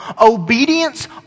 obedience